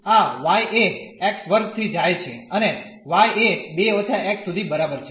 તેથી આ y એ x2 થી જાય છે અને y એ 2 − x સુધી બરાબર છે